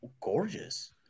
gorgeous